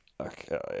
okay